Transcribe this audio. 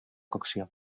cocció